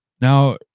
Now